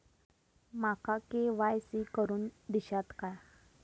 माका के.वाय.सी करून दिश्यात काय?